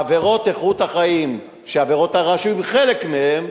בעבירות איכות החיים, שעבירות הרעש הן חלק מהן,